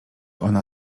ona